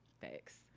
thanks